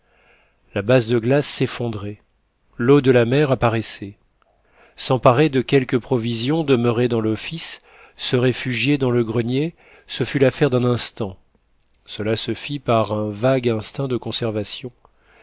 la base de glace s'effondrait l'eau de la mer apparaissait s'emparer de quelques provisions demeurées dans l'office se réfugier dans le grenier ce fut l'affaire d'un instant cela se fit par un vague instinct de conservation